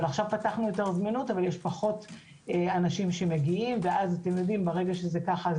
אבל עכשיו יש פחות אנשים שמגיעים ואז מורכב מאוד